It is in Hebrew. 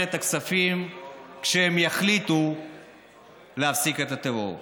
את הכספים כשהם יחליטו להפסיק את הטרור.